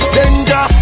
Danger